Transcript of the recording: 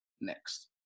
next